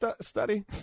study